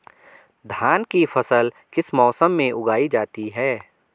धान की फसल किस मौसम में उगाई जाती है?